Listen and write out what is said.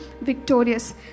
victorious